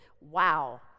Wow